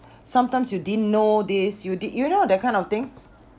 sometimes you didn't know this you did you know that kind of thing